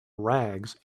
rags